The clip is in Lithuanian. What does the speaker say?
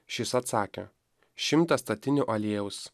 šis atsakė šimtą statinių aliejaus